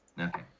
Okay